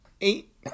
eight